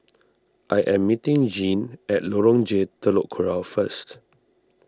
I am meeting Jeanne at Lorong J Telok Kurau first